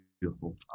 beautiful